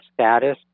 status